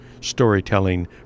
storytelling